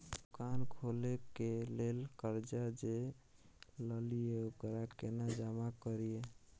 दुकान खोले के लेल कर्जा जे ललिए ओकरा केना जमा करिए?